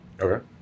okay